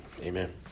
amen